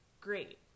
great